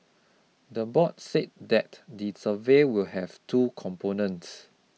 the board said that the survey will have two components